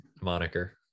moniker